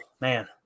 man